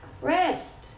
Rest